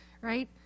right